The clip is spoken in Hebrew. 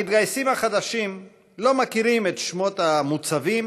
המתגייסים החדשים לא מכירים את שמות המוצבים